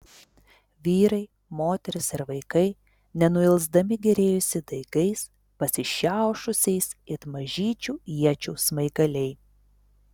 vyrai moterys ir vaikai nenuilsdami gėrėjosi daigais pasišiaušusiais it mažyčių iečių smaigaliai